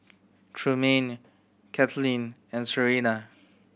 Trumaine Cathleen and Serina